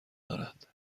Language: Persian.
دارد